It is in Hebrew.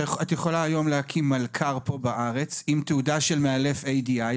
את יכולה היום להקים מלכ"ר כאן בארץ עם תעודה של מאלף ADI,